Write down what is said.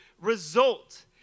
result